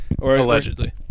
Allegedly